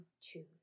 choose